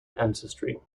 ancestry